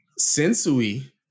Sensui